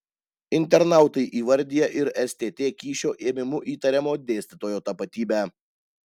internautai įvardija ir stt kyšio ėmimu įtariamo dėstytojo tapatybę